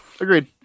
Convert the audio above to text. Agreed